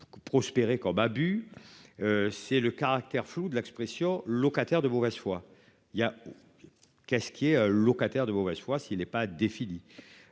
Prospérer comme. C'est le caractère flou de l'expression locataire de mauvaise foi. Il y a. Qu'est-ce qui est locataire de mauvaise foi, s'il n'est pas défini